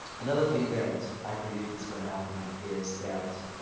another thing that i predict is going to happen is that